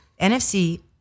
NFC